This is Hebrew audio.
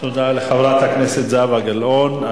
תודה לחברת הכנסת זהבה גלאון.